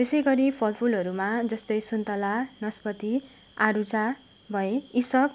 त्यसै गरी फलफुलहरूमा जस्तै सुन्तला नास्पाती आरुचा भए यी सब